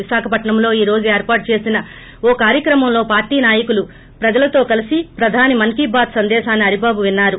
విశాఖపట్నంలో ఈరోజు ఏర్పాటు చేసిన ఓ కార్యక్రమంలో పార్లీ నాయకులు ప్రజలతో కలిసి ప్రధాని మన్కీ బాత్ సందేశాన్ని హరిబాబు విన్నారు